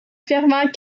fervent